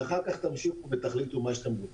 ואחר כך תמשיכו ותחליטו מה שאתם רוצים.